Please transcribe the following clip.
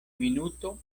minuto